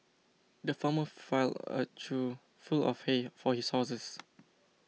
the farmer filled a trough full of hay for his horses